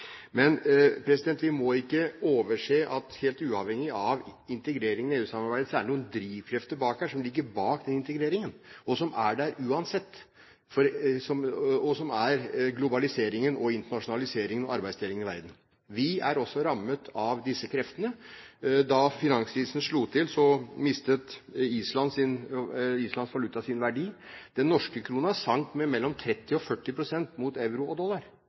Men vi må ikke overse at helt uavhengig av integrering i EU-samarbeidet er det noen drivkrefter som ligger bak integreringen, og som er der uansett. Det er globaliseringen, internasjonaliseringen og arbeidsdelingen i verden. Vi er også rammet av disse kreftene. Da finanskrisen slo til, mistet Islands valuta sin verdi. Den norske kronen sank med mellom 30 og 40 pst. mot euro og dollar,